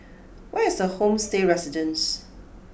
where is Homestay Residences